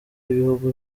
y’ibihugu